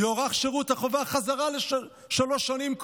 יוארך שירות החובה בחזרה לשלוש שנים,